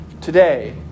today